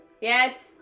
Yes